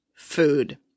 food